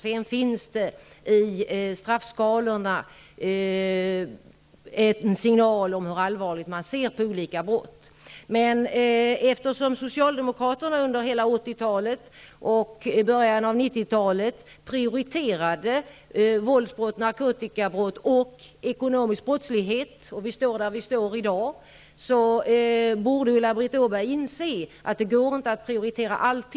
Sedan finns det i straffskalorna en signal om hur allvarligt man ser på olika brott. Eftersom socialdemokraterna under hela 80-talet och början av 90-talet prioriterade våldsbrott, narkotikabrott och ekonomisk brottslighet och eftersom vi står där vi står i dag, borde Ulla-Britt Åbark inse att det inte går att prioritera allt.